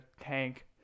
tank